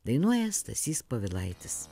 dainuoja stasys povilaitis